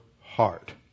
heart